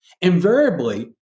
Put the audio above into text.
invariably